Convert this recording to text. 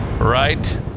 Right